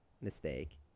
Mistake